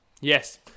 Yes